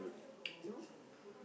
nope